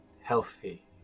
healthy